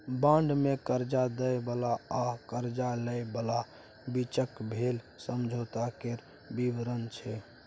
bond मे करजा दय बला आ करजा लय बलाक बीचक भेल समझौता केर बिबरण छै